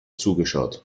zugeschaut